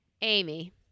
Amy